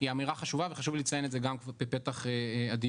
היא אמירה חשובה וחשוב לציין את זה גם בפתח הדיון.